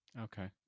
Okay